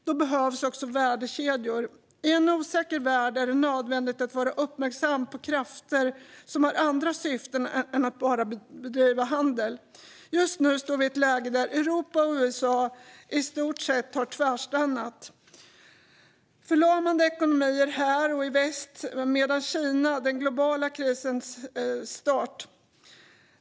Då behövs också värdekedjor i en osäker värld där det är nödvändigt att vara uppmärksam på krafter som har andra syften än att bara bedriva handel. Just nu står vi i ett läge där Europa och USA i stort sett har tvärstannat. Vi ser förlamade ekonomier här i väst, medan Kina utgör den globala krisens start.